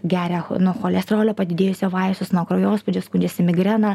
geria nuo cholesterolio padidėjusio vaistus nuo kraujospūdžio skundžiasi migrena